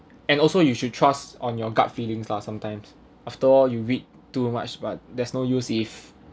and also you should trust on your gut feelings lah sometimes after all you read too much but there is no use if